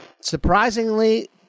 surprisingly